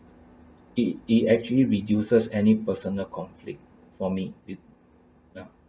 it it actually reduces any personal conflict for me it yeah